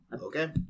Okay